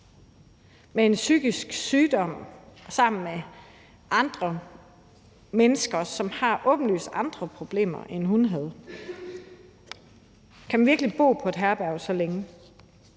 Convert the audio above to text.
med en psykisk sygdom og sammen med andre mennesker, som åbenlyst havde andre problemer, end hun havde? Kan man virkelig bo på et herberg så længe?